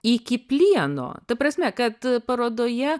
iki plieno ta prasme kad parodoje